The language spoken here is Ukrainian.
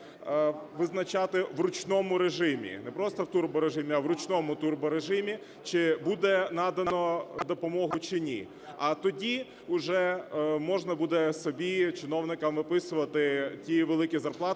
визначати в ручному режимі, не просто в турборежимі, а в ручному турборежимі, чи буде надано допомогу, чи ні. А тоді вже можна буде собі чиновникам виписувати ті великі зарплати,